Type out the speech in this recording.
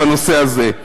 בנושא הזה.